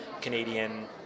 Canadian